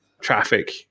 traffic